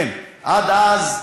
כן, עד אז.